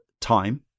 time